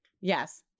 yes